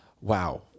wow